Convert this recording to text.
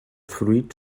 fruits